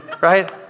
right